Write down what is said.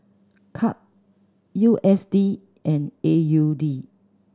Kyat U S D and A U D